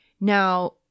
Now